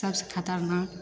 सबसे खतरनाक